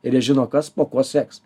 ir jie žino kas po kuo seks